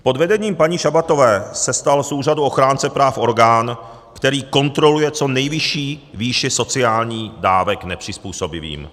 Pod vedením paní Šabatové se stal z úřadu ochránce práv orgán, který kontroluje co nejvyšší výši sociálních dávek nepřizpůsobivým.